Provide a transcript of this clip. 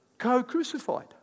co-crucified